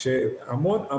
סל שירותים מאוד מאוד